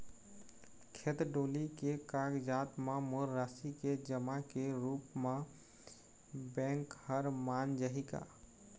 खेत डोली के कागजात म मोर राशि के जमा के रूप म बैंक हर मान जाही का?